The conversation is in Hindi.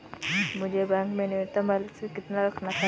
मुझे बैंक में न्यूनतम बैलेंस कितना रखना चाहिए?